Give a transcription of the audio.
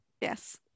yes